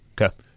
Okay